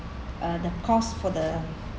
uh the cost for the